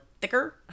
thicker